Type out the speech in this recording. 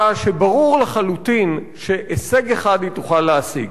שברור לחלוטין שהישג אחד היא תוכל להשיג,